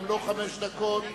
גם לו חמש דקות,